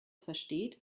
versteht